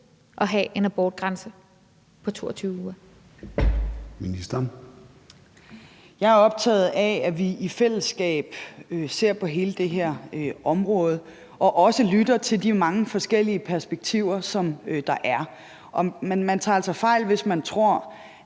og sundhedsministeren (Sophie Løhde): Jeg er optaget af, at vi i fællesskab ser på hele det her område og også lytter til de mange forskellige perspektiver, som der er. Men man tager altså fejl, hvis man tror,